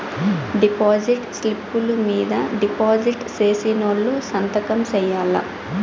deposit స్లిప్పులు మీద deposit సేసినోళ్లు సంతకం సేయాల్ల